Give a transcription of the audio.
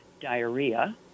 Diarrhea